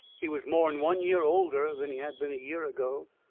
he was more'n one year older than he had been a year ago.